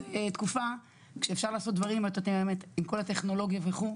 תקופה כשאפשר לעשות דברים עם כל הטכנולוגיה וכו'.